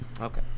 Okay